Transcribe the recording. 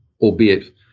albeit